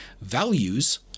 Values